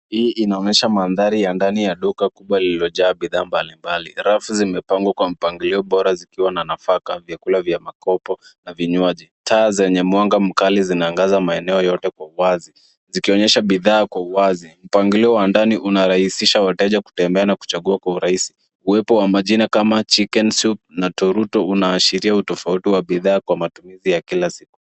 Hii inaonyesha mandhari ya ndani ya duka kubwa lililojaa bidhaa mbalimbali. Rafu zimepangwa kwa mpangilio bora zikiwa na nafaka, vyakula vya makopo na vinywaji. Taa zenye mwanga mkali zinaangaza maeneo yote kwa wazi zikionyesha bidhaa kwa uwazi. Mpangilio wa ndani unarahisisha wateja kutembea na kuchagua kwa urahisi. Uwepo wa majina kama chicken soup na toruto unaashiria utofauti wa bidhaa kwa matumizi ya kila siku.